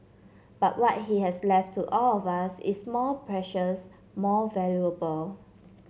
but what he has left to all of us is more precious more valuable